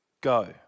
go